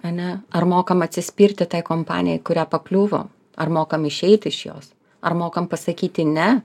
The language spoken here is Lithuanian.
ane ar mokam atsispirti tai kompanijai į kurią pakliuvo ar mokam išeiti iš jos ar mokam pasakyti ne